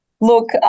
look